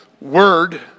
word